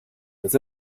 dass